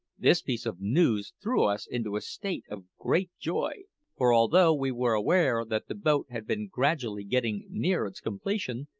this piece of news threw us into a state of great joy for although we were aware that the boat had been gradually getting near its completion,